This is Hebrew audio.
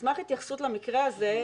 נשמח להתייחסות למקרה הזה,